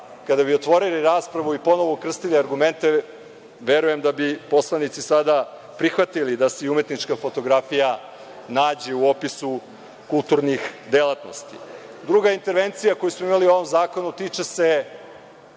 kada bi otvorili raspravu i ponovo ukrstili argumente, verujem da bi sada poslanici prihvatili da se i umetnička fotografija nađe u opisu kulturnih delatnosti. Druga intervencija koju smo imali u ovom zakonu tiče se